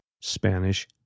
Spanish